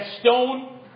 stone